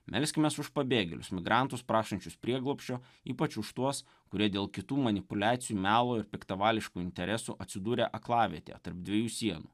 melskimės už pabėgėlius migrantus prašančius prieglobsčio ypač už tuos kurie dėl kitų manipuliacijų melo ir piktavališkų interesų atsidūrė aklavietėje tarp dviejų sienų